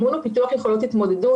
אימון ופיתוח יכולות התמודדות,